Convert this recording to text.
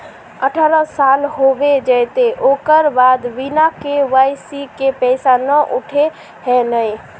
अठारह साल होबे जयते ओकर बाद बिना के.वाई.सी के पैसा न उठे है नय?